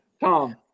Tom